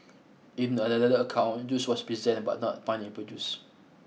in another account juice was present but not pineapple juice